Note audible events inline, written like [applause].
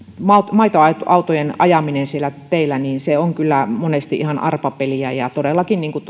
maitoautojen ajaminen siellä teillä on kyllä monesti ihan arpapeliä todellakin niin kuin [unintelligible]